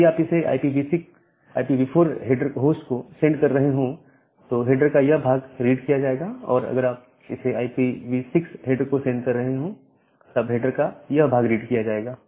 यदि आप इसे IPv4 होस्ट को सेंड कर रहे हो तो हेडर का यह भाग रीड किया जाएगा और अगर आप इसे IPv6 हेडर को सेंड कर रहे हो तब हेडर का यह भाग रीड किया जाएगा